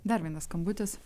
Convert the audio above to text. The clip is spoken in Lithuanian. dar vienas skambutis